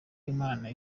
imana